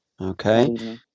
okay